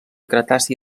cretaci